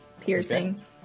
Piercing